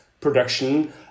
production